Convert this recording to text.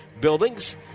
buildings